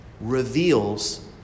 reveals